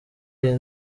iyi